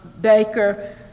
Baker